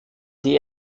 die